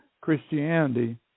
Christianity